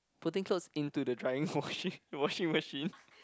putting clothes into the drying washing washing machine